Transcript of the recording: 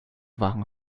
waren